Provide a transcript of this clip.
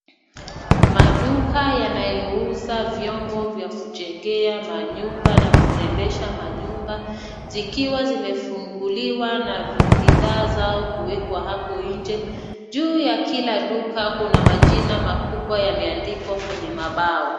Maduka yanayouza vyombo vya kujengea manyumba na kurembesha manyumba zikiwa zimefunguliwa na bidhaa zao kuwekwa hapo nje. Juu ya kila duka kuna majina makubwa yameandikwa kwenye mabao.